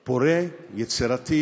פורה, יצירתי